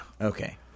Okay